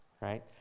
right